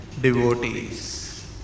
devotees